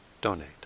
donate